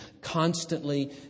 Constantly